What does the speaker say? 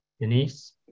denise